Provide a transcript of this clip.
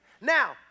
Now